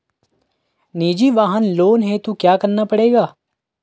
निजी वाहन लोन हेतु क्या करना पड़ेगा?